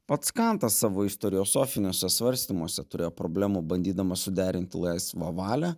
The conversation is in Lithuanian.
pats kantas savo istoriosofiniuose svarstymuose turėjo problemų bandydamas suderinti laisvą valią